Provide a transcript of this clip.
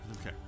Okay